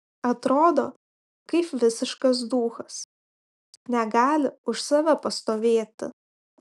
atrodo kaip visiškas duchas negali už save pastovėti